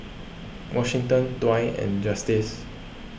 Washington Dwight and Justice